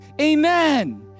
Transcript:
amen